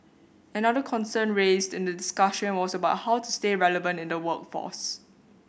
another concern raised in this discussion was about how to stay relevant in the workforce